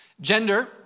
Gender